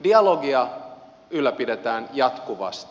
dialogia ylläpidetään jatkuvasti